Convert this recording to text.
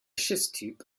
schiffstyp